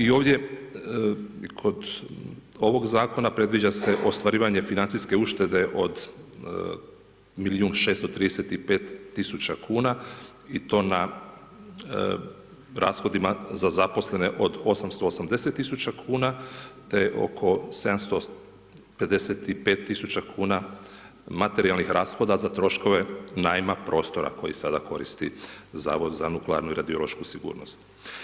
I ovdje kod ovog zakona, predviđa se ostvarivanje financijske uštede od milijun 635 tisuća kuna i to na rashodima za zaposlene od 880 tisuća kuna te oko 755 tisuća kuna materijalnih rashoda za troškove najma prostora koji sada koristi Zavod za nuklearnu i radiološku sigurnost.